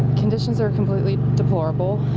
conditions are completely deplorable.